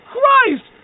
Christ